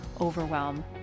overwhelm